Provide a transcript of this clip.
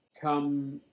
Come